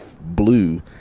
blue